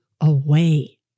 away